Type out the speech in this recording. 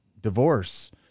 divorce